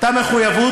הייתה מחויבות,